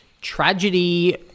tragedy